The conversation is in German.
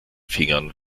fingern